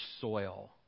soil